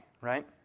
right